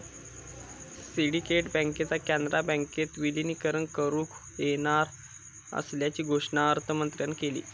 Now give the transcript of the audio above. syndicate बँकेचा कॅनरा बँकेत विलीनीकरण करुक येणार असल्याची घोषणा अर्थमंत्र्यांन केली